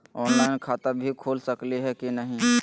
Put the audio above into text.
Online खाता भी खुल सकली है कि नही?